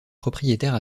propriétaire